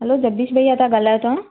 hello Jagdish भईया तव्हां ॻाल्हायो तव्हां